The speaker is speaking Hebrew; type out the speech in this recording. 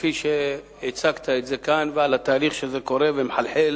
כפי שהצגת את זה כאן, לתהליך שקורה ומחלחל